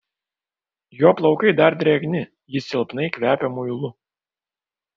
jo plaukai dar drėgni jis silpnai kvepia muilu